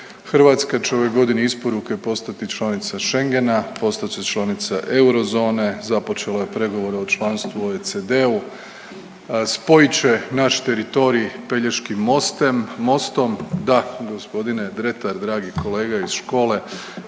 Hrvatska će ove godine isporuke postati članica Schengena, postat će članica eurozone, započela je pregovore o članstvu u OEDC-u, spojit će naš teritorij Pelješkim mostem, mostom, da gospodine Dretar dragi kolega iz škole